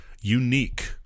unique